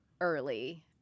early